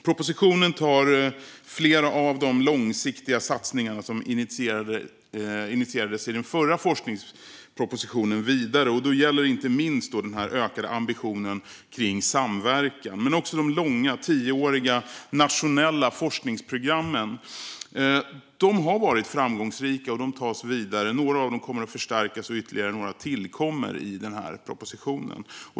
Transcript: Propositionen tar flera av de långsiktiga satsningar som initierades i den förra forskningspropositionen vidare. Det gäller inte minst den ökade ambitionen kring samverkan, men också de långa - tioåriga - nationella forskningsprogrammen. De har varit framgångsrika och tas vidare. Några av dem kommer att förstärkas, och ytterligare några tillkommer i denna proposition.